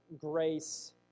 grace